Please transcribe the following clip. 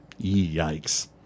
Yikes